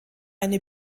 eine